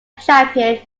champion